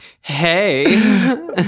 Hey